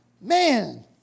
Man